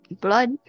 blood